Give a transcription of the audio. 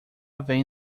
vem